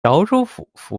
州府